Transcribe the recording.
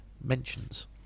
mentions